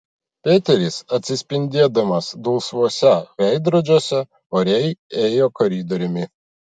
peteris atsispindėdamas dulsvuose veidrodžiuose oriai ėjo koridoriumi